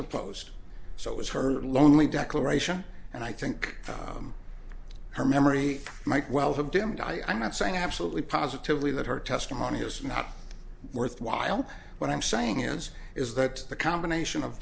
to post so it was her lonely declaration and i think her memory might well have dimmed i'm not saying absolutely positively that her testimony was not worthwhile what i'm saying is is that the combination of